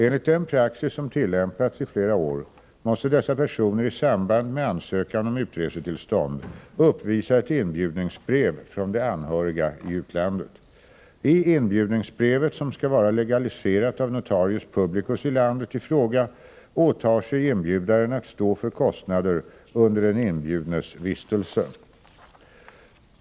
Enligt den praxis som tillämpats i flera år måste dessa personer i samband med ansökan om utresetillstånd uppvisa ett inbjudningsbrev från de anhöriga i utlandet. I inbjudningsbrevet, som skall vara legaliserat av notarius publicus i landet i fråga, åtar sig inbjudaren att stå för kostnader under den inbjudnes vistelse i landet i fråga.